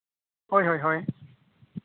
ᱦᱳᱭ ᱦᱳᱭ